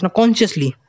consciously